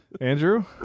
Andrew